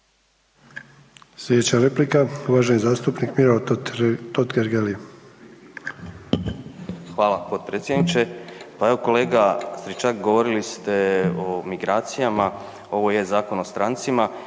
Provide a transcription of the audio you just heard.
Sljedeća replika uvaženi zastupnik Miro Totgergeli. **Totgergeli, Miro (HDZ)** Hvala potpredsjedniče. Pa evo kolega Stričak govorili ste o migracijama, ovo je Zakon o strancima